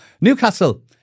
Newcastle